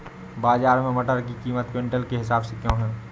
बाजार में मटर की कीमत क्विंटल के हिसाब से क्यो है?